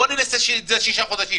בוא ננסה לשישה חודשים.